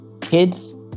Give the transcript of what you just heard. kids